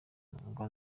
ngo